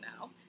now